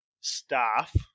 staff